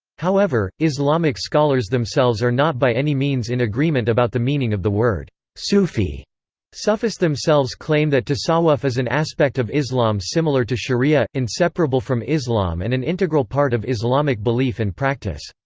however, islamic scholars themselves are not by any means in agreement about the meaning of the word sufi sufis themselves claim that tasawwuf is an aspect of islam similar to sharia, inseparable from islam and an integral part of islamic belief and practice.